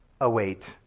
await